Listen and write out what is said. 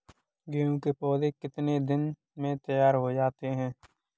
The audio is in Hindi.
गेहूँ के पौधे कितने दिन में तैयार हो जाते हैं?